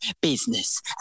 business